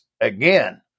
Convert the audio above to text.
Again